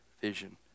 vision